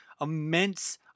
immense